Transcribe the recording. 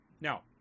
now